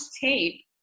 tape